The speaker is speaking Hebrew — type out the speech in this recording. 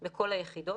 לכל היחידות.